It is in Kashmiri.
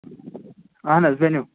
اَہَن حظ ؤنِو